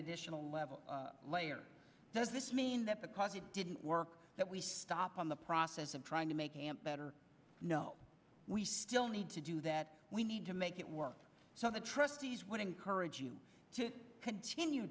additional level layer does this mean that because it didn't work that we stop on the process of trying to make better no we still need to do that we need to make it work so the trustees would encourage you to continue